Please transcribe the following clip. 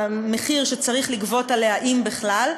הסכום שצריך לגבות עליה, אם בכלל.